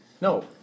No